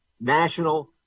national